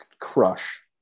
Crush